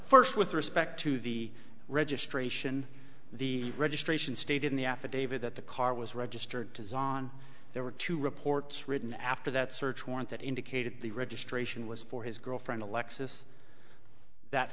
first with respect to the registration the registration stated in the affidavit that the car was registered to zhan there were two reports written after that search warrant that indicated the registration was for his girlfriend alexis that